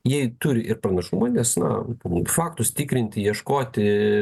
jie turi ir pranašumą nes na faktus tikrinti ieškoti